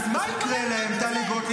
אז מה יקרה להם, טלי גוטליב?